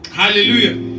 hallelujah